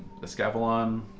Escavalon